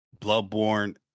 bloodborne